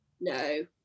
No